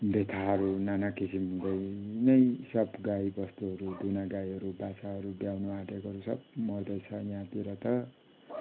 बेथाहरू नाना किसमको हुँदै नै सब गाई बस्तुहरू दुना गाईहरू बाछाहरू ब्याउन आटेकोहरू सब मर्दैछ यहाँतिर त